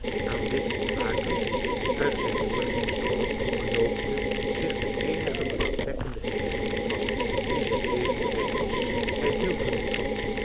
aan dit ontwaken uit zijn jongelingsdroom knoopte zich de eenige belangwekkende herinnering vast die zijn leven rijk was hij hield er niet van